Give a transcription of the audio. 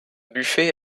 buffet